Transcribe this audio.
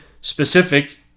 specific